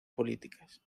políticas